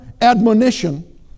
admonition